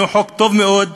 הוא חוק טוב מאוד,